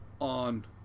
on